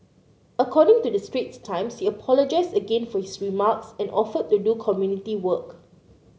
according to the Straits Times he apologised again for his remarks and offered to do community work